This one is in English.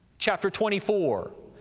chapter twenty four,